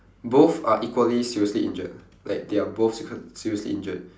both are equally seriously injured like they are both se~ seriously injured